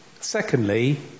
Secondly